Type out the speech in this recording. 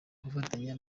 gufatanya